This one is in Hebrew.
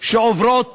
שעוברות